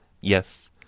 Yes